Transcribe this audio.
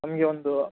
ನಮಗೆ ಒಂದು